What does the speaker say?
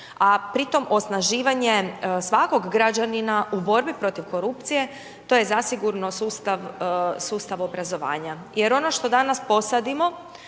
a pritom osnaživanje svakog građanina u borbi protiv korupcije, to je zasigurno sustav obrazovanja. Jer ono što danas posadimo,